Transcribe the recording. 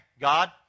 God